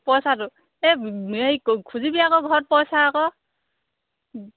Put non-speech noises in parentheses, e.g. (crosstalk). পইছাটো এই (unintelligible) খুজিবি আকৌ ঘৰত পইছা আকৌ